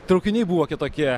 traukiniai buvo kitokie